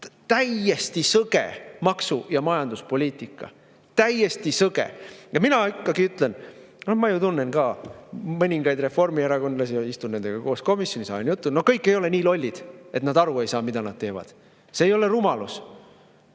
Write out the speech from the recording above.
Täiesti sõge maksu- ja majanduspoliitika. Täiesti sõge! Ja mina ütlen – ma ju tunnen ka mõningaid reformierakondlasi, istun nendega koos komisjonis, ajan juttu –, et kõik ei ole nii lollid, et nad aru ei saaks, mida nad teevad. See ei ole rumalus.